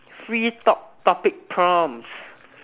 free talk topic prompts